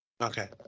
Okay